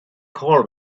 call